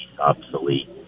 obsolete